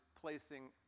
placing